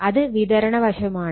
അത് വിതരണ വശമാണ്